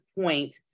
point